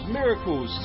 miracles